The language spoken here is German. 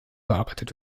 bearbeitet